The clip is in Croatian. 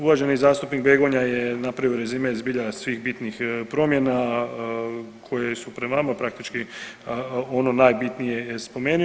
Uvaženi zastupnik Begonja je napravio rezime zbilja svih bitnih promjena koje su pred vama, praktički ono najbitnije je spomenuo.